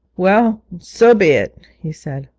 well, so be it he said.